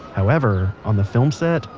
however, on the film set,